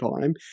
time